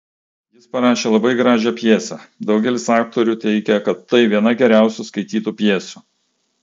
jis parašė labai gražią pjesę daugelis aktorių teigia kad tai viena geriausių skaitytų pjesių